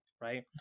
right